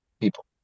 people